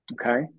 Okay